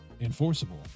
enforceable